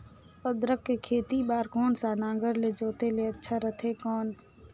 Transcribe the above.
अदरक के खेती बार कोन सा नागर ले जोते ले अच्छा रथे कौन?